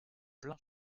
plein